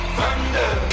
thunder